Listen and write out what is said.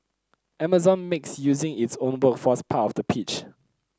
Amazon makes using its own workforce part of the pitch